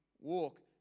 walk